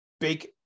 big